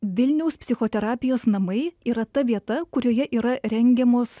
vilniaus psichoterapijos namai yra ta vieta kurioje yra rengiamos